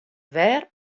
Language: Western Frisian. wêr